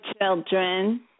children